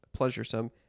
pleasuresome